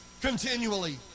Continually